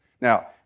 Now